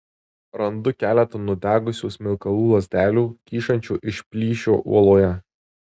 randu keletą nudegusių smilkalų lazdelių kyšančių iš plyšio uoloje